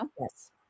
Yes